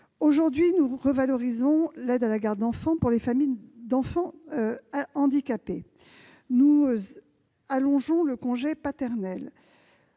Aujourd'hui, nous revalorisons l'aide à la garde d'enfant pour les familles dont un enfant est handicapé et nous allongeons le congé de paternité.